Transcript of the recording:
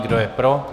Kdo je pro?